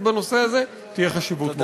בנושא הזה תהיה חשיבות מאוד גדולה.